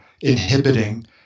inhibiting